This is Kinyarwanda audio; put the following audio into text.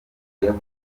yavuze